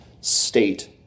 state